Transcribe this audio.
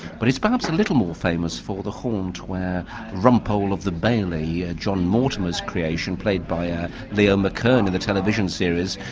but it's perhaps a little more famous for the haunt where rumpole of the bailey, yeah john mortimer's creation, played by ah leo mckern in the television series,